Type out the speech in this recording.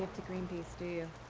to greenpeace, do